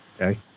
Okay